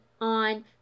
on